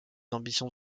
ambitions